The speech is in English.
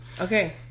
Okay